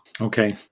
Okay